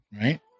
Right